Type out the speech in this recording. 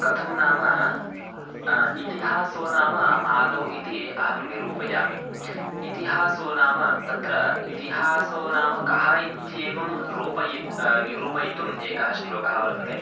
कथं नाम इतिहासो नाम आदौ इति अहं निरूपयामि इतिहासो नाम तत्र इतिहासो नाम कः इत्येवं रूपयि निरूपयितुम् एकः श्लोकः वर्तते